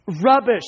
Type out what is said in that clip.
rubbish